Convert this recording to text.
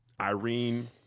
Irene